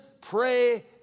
pray